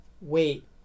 wait